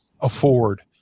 afford